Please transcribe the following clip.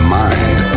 mind